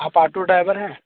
आप auto driver हैं